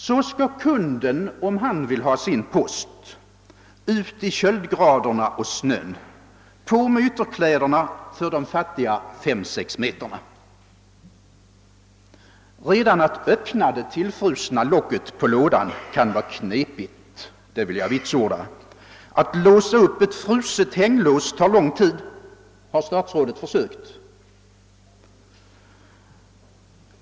Kunden skall sedan, om han vill ha sin post, ut i kölden och snön. På med ytterkläderna för de fattiga fem sex meterna. Redan att öppna det tillfrusna locket på lådan kan vara knepigt — det kan jag vitsorda. Att låsa upp ett fruset hänglås tar lång tid — har statsrådet försökt?